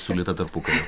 siūlyta tarpukariu